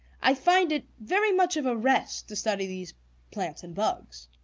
i find it very much of a rest to study these plants and bugs.